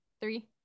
Three